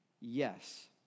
Yes